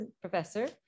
professor